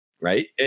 right